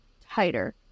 tighter